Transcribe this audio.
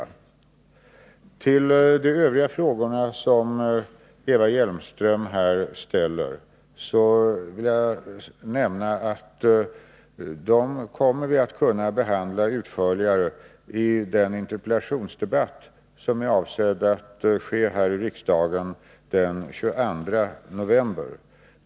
Med anledning av de övriga frågor som Eva Hjelmström här ställer vill jag nämna att vi kommer att kunna behandla dem utförligare i den interpellationsdebatt som är avsedd att äga rum här i riksdagen den 22 november.